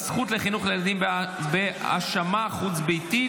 הזכות לחינוך לילדים בהשמה חוץ-ביתית),